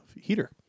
heater